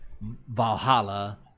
Valhalla